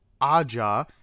Aja